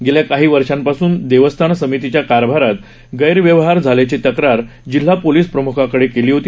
गेल्या काही वर्षापासून देवस्थान समितीच्या कारभारात गण्वव्यवहार झाल्याची तक्रार जिल्हा पोलीस प्रम्खाकडे केली होती